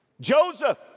Joseph